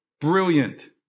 Brilliant